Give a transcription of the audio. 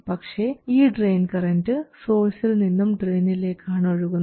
പക്ഷേ ഈ drain current സോഴ്സിൽ നിന്നും ഡ്രയിനിലേക്ക് ആണ് ഒഴുകുന്നത്